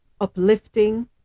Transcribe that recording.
uplifting